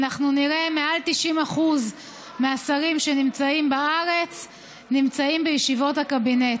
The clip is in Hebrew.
אנחנו נראה שמעל 90% מהשרים שנמצאים בארץ נמצאים בישיבות הקבינט.